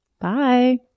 Bye